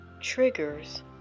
Triggers